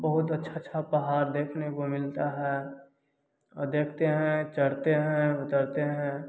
बहुत अच्छा अच्छा पहाड़ देखने को मिलता है और देखते हैं चढ़ते हैं उतरते हैं